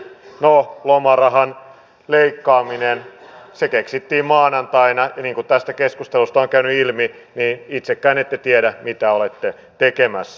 no lomarahan leikkaaminen keksittiin maanantaina ja niin kuin tästä keskustelusta on käynyt ilmi niin itsekään ette tiedä mitä olette tekemässä